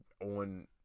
on